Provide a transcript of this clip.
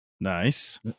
Nice